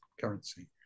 currency